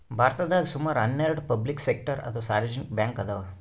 ಭಾರತದಾಗ್ ಸುಮಾರ್ ಹನ್ನೆರಡ್ ಪಬ್ಲಿಕ್ ಸೆಕ್ಟರ್ ಅಥವಾ ಸಾರ್ವಜನಿಕ್ ಬ್ಯಾಂಕ್ ಅದಾವ್